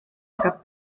aga